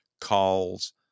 calls